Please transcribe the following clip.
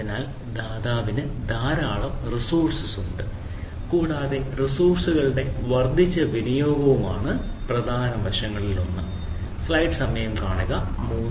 അതിനാൽ ദാതാവിന് ധാരാളം റിസോഴ്സ്സ് ഉണ്ട് കൂടാതെ റിസോഴ്സ്സ്കളുടെ വർദ്ധിച്ച വിനിയോഗവുമാണ് പ്രധാന വശങ്ങളിലൊന്ന്